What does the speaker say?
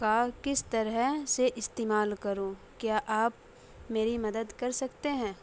کا کس طرح سے استعمال کروں کیا آپ میری مدد کر سکتے ہیں